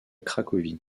cracovie